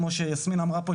כמו שיסמין אמרה פה.